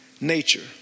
nature